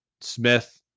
Smith